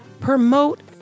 promote